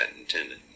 intended